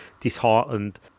disheartened